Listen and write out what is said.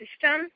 system